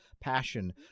passion